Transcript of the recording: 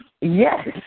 Yes